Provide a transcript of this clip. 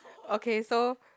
okay so